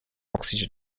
oxygen